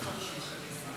התשפ"ד